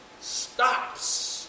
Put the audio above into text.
stops